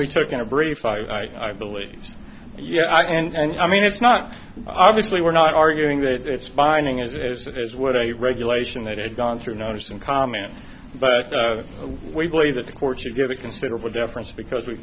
we took in a brief i believe yeah and i mean it's not obviously we're not arguing that it's binding it is of his what a regulation that had gone through notice and comment but we believe that the court should give a considerable difference because we